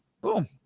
boom